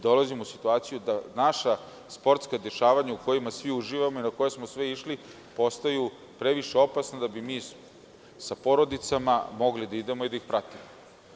Dolazimo u situaciju da naša sportska dešavanja u kojima svi uživamo i na koja smo svi išli postaju previše opasna da bi mi sa porodicama mogli da idemo i da ih pratimo.